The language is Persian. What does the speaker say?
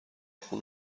خون